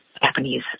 Japanese